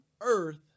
earth